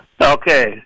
Okay